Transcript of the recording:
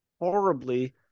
Horribly